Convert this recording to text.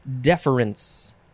deference